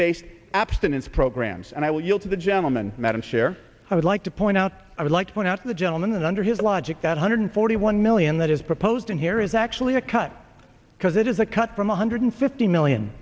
based abstinence programs and i will yield to the gentleman madam chair i would like to point out i would like to point out to the gentleman that under his logic that hundred forty one million that is proposed in here is actually a cut because it is a cut from one hundred fifty million